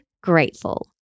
grateful